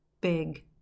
big